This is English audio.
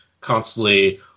constantly